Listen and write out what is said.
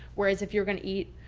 whereas if you're going to eat